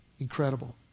incredible